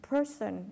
Person